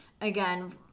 again